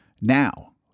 Now